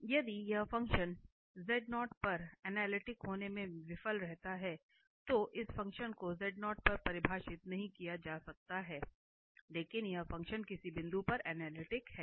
इसलिए यदि यह फंक्शन पर अनलिटिक होने में विफल रहता है या इस फ़ंक्शन को पर परिभाषित नहीं किया जा सकता है लेकिन यह फंक्शन किसी बिंदु पर अनलिटिक है